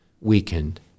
weakened